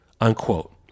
unquote